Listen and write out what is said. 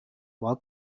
war